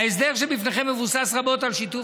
ההסדר שבפניכם מבוסס רבות על שיתוף